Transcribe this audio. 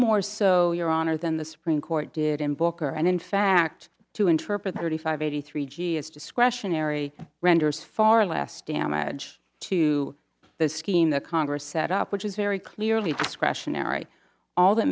more so your honor than the supreme court did in booker and in fact to interpret the thirty five eighty three g s discretionary renders far less damage to the scheme that congress set up which is very clearly discretionary all that